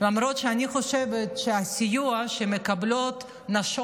למרות שאני חושבת שהסיוע שמקבלות נשות